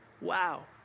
wow